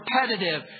repetitive